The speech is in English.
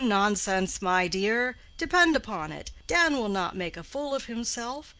oh, nonsense, my dear! depend upon it, dan will not make a fool of himself.